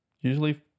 Usually